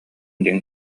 диэн